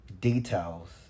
details